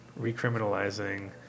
recriminalizing